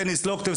דניס לוקטב,